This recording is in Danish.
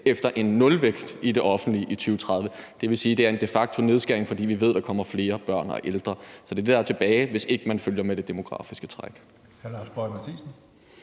efter en nulvækst i det offentlige i 2030. Det vil sige, at det de facto er en nedskæring, fordi vi ved, at der kommer flere børn og ældre. Så det er det, der er tilbage, hvis ikke man følger med det demografiske træk. Kl. 18:26 Tredje